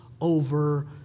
over